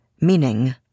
Meaning